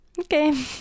okay